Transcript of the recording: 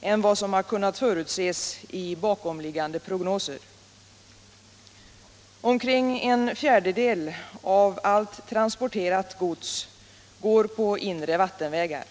än vad som kunnat förutses i bakomliggande prognoser. Omkring en fjärdedel av allt transporterat gods går på inre vattenvägar.